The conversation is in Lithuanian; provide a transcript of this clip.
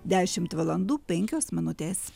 dešimt valandų penkios minutės